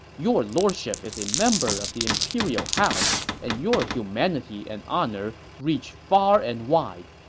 your lordship is a member of the imperial house, and your humanity and honor reach far and wide.